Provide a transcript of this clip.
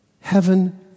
Heaven